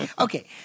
Okay